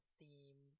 theme